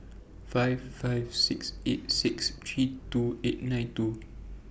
five five six eight six three two eight nine two